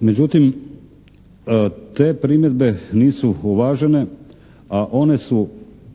Međutim, te primjedbe nisu uvažene, a one su